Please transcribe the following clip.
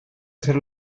será